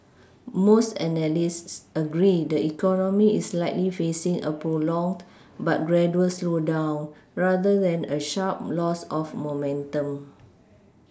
most analysts agree the economy is likely facing a prolonged but gradual slowdown rather than a sharp loss of momentum